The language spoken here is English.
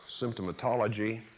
symptomatology